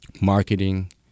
marketing